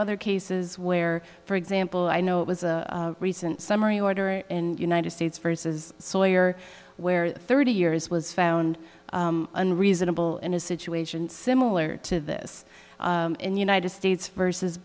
other cases where for example i know it was a recent summary order and united states versus sawyer where thirty years was found and reasonable in a situation similar to this in the united states versus